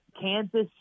Kansas